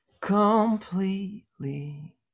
completely